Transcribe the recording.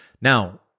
Now